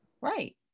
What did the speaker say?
Right